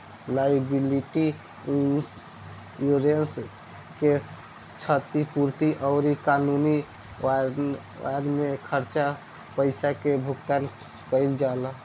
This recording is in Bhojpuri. लायबिलिटी इंश्योरेंस से क्षतिपूर्ति अउरी कानूनी कार्यवाई में खर्च पईसा के भुगतान कईल जाला